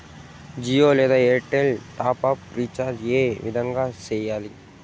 జియో లేదా Airtel top up recharge ఏ విధంగా సేయాలి